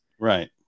Right